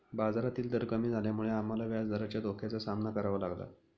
बाजारातील दर कमी झाल्यामुळे आम्हाला व्याजदराच्या धोक्याचा सामना करावा लागला